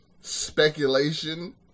speculation